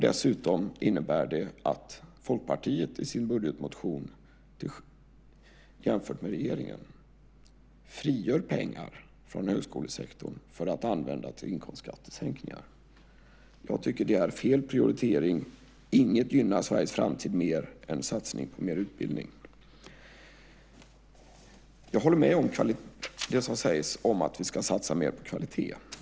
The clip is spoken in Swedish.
Det innebär dessutom att Folkpartiet i sin budgetmotion, jämfört med regeringen, frigör pengar från högskolesektorn för att använda till inkomstskattesänkningar. Jag tycker att det är fel prioritering. Inget gynnar Sveriges framtid mer än satsning på mer utbildning. Jag håller med om det som sägs om att vi ska satsa mer på kvalitet.